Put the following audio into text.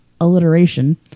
alliteration